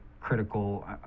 critical